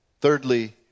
Thirdly